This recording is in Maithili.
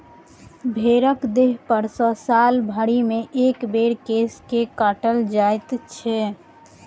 भेंड़क देहपर सॅ साल भरिमे एक बेर केश के काटल जाइत छै